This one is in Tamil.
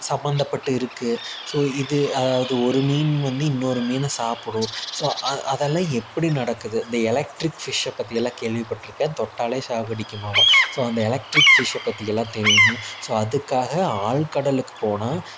சம்மந்தப்பட்டு இருக்குது ஸோ இது அதாவது ஒரு மீன் வந்து இன்னொரு மீனை சாப்பிடும் ஸோ அ அதெல்லாம் எப்படி நடக்குது இந்த எலக்ட்ரிக் ஃபிஷ்ஷை பற்றியெல்லாம் கேள்விப்பட்டிருக்கேன் தொட்டாலே ஷாக் அடிக்குமாம்மா ஸோ அந்த எலக்ட்ரிக் ஃபிஷ்ஷை பற்றியெல்லாம் தெரியணும் ஸோ அதுக்காக ஆழ்கடலுக்கு போனால்